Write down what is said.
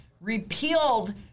repealed